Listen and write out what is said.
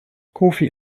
kofi